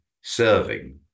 serving